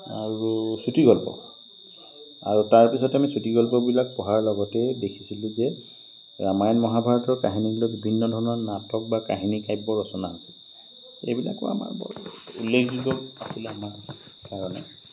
আৰু চুটিগল্প আৰু তাৰপিছতে আমি চুটিগল্পবিলাক পঢ়াৰ লগতে দেখিছিলোঁ যে ৰামায়ণ মহাভাৰতৰ কাহিনীবিলাক বিভিন্ন ধৰণৰ নাটক বা কাহিনী কাব্য ৰচনা আছিল এইবিলাকো আমাৰ বৰ উল্লেখযোগ্য আছিল আমাৰ কাৰণে